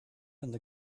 and